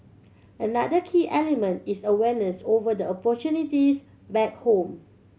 another key element is awareness over the opportunities back home